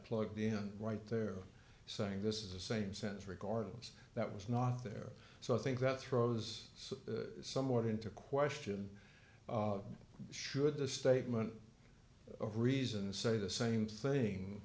plugged in right there saying this is the same sense regardless that was not there so i think that throws somewhat into question should the statement of reason and say the same thing